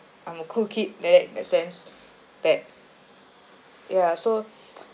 I'm a cool kid like that in that sense that ya so